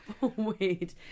Wait